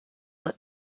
what